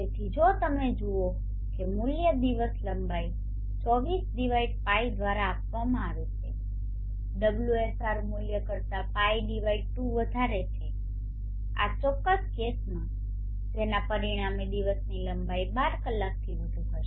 તેથી જો તમે જુઓ કે મૂલ્ય દિવસ લંબાઈ 24π દ્વારા આપવામાં આવે છે ωsr મૂલ્ય કરતા π2 વધારે છે આ ચોક્કસ કેસમાં જેના પરિણામે દિવસની લંબાઈ 12 કલાકથી વધુ હશે